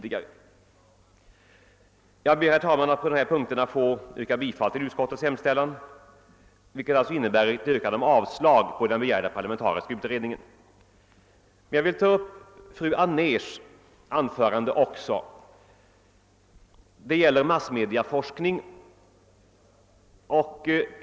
Jag ber, herr talman, att på dessa punkter få yrka bifall till utskottets hemställan, vilket innebär ett yrkande om avslag på begäran om en parlamentarisk utredning. Jag vill slutligen säga några ord med anledning av fru Anérs anförande. Det gäller massmediaforskning.